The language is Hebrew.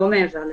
לא מעבר לזה.